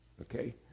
Okay